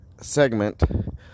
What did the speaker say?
segment